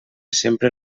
sempre